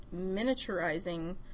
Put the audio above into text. miniaturizing